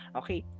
okay